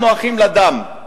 אנחנו אחים לדם,